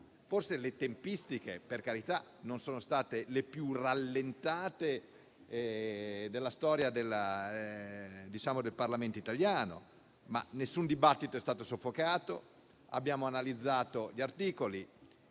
forse, le tempistiche non sono state le più rallentate della storia del Parlamento italiano, ma nessun dibattito è stato soffocato. Abbiamo analizzato gli articoli.